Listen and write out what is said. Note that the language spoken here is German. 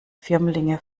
firmlinge